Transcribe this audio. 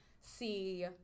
see